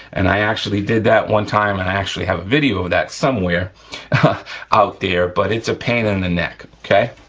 and i actually did that one time and i actually have a video of that somewhere out there, but it's a pain in the neck, okay?